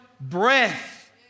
breath